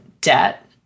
debt